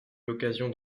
l’occasion